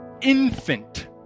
infant